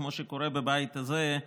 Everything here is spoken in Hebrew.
כמו שקורה בבית הזה,